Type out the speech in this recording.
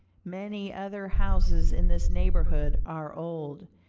many other houses in this neighborhood are old,